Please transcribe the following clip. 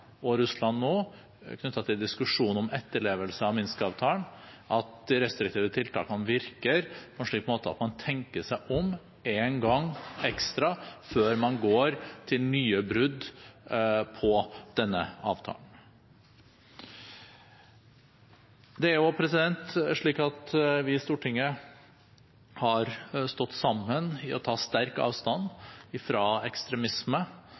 og Russland nå, knyttet til diskusjonen om etterlevelse av Minsk-avtalen, virker de restriktive tiltakene på en slik måte at man tenker seg om en gang ekstra før man går til nye brudd på denne avtalen. Det er også slik at vi i Stortinget har stått sammen om å ta sterk avstand fra ekstremisme